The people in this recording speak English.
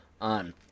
on